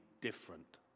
different